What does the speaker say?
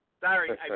Sorry